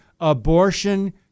abortion